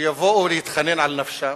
שיבואו להתחנן על נפשם,